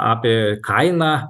apie kainą